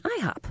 IHOP